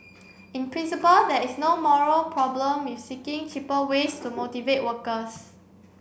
in principle there is no moral problem with seeking cheaper ways to motivate workers